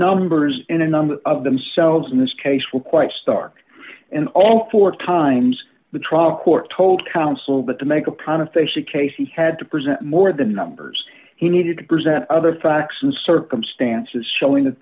numbers in a number of themselves in this case were quite stark and all four times the trial court told counsel but to make a kind of face a case he had to present more than numbers he needed to present other facts and circumstances showing that